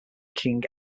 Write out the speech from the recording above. king